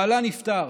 בעלה נפטר,